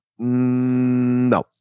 no